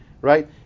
right